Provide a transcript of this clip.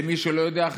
למי שלא יודע,